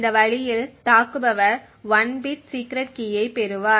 இந்த வழியில் தாக்குபவர் 1 பிட் சீக்ரெட் கீயைப் பெறுவார்